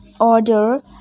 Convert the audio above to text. order